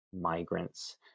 migrants